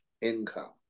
income